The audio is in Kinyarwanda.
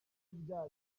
bya